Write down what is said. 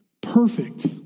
perfect